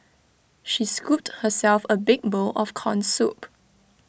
she scooped herself A big bowl of Corn Soup